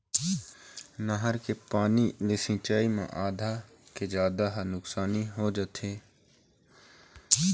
नहर के पानी ले सिंचई म आधा के जादा ह नुकसानी हो जाथे